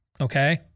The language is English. okay